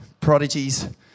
prodigies